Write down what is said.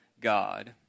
God